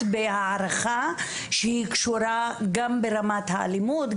בהערכה שהיא קשורה גם ברמת האלימות,